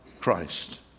Christ